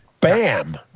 Bam